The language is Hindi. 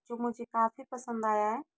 तो मुझे काफ़ी पसंद आया है